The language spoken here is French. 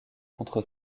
contre